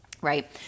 right